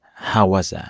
how was that?